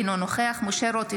אינו נוכח משה רוט,